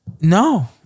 no